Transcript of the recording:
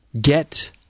Get